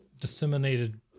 disseminated